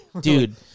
Dude